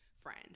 friend